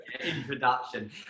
introduction